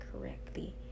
correctly